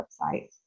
website